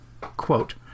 Quote